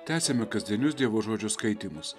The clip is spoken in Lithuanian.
tęsiame kasdienius dievo žodžio skaitymus